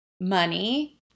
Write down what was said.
money